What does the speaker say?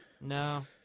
No